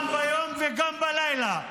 גם ביום וגם בלילה.